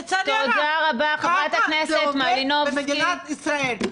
לצערי הרב, ככה זה עובד במדינת ישראל.